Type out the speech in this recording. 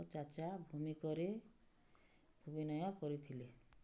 ମଲଙ୍ଗ ଚାଚା ଭୂମିକାରେ ଅଭିନୟ କରିଥିଲେ